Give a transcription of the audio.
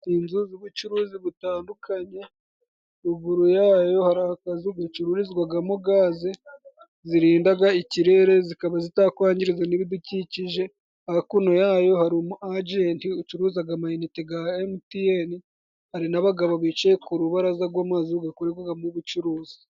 Inzu z'ubucuruzi butandukanye, ruguru yayo hari akazu gacururizwamo gaze zirinda ikirere, zikaba zitakwangiriza n'ibidukikije. Hakuno yayo hari umu ajenti ucuruza ama inite ga MTN, hari n'abagabo bicaye ku ruburaza gw'amazu akoremo ubucuruzi.